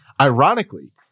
Ironically